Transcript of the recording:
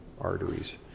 arteries